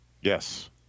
Yes